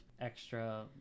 extra